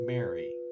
Mary